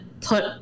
put